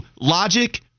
logic